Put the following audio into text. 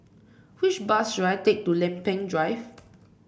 which bus should I take to Lempeng Drive